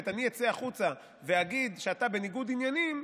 אני אצא החוצה ואגיד שאתה בניגוד עניינים,